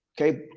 okay